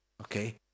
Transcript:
Okay